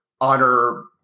honor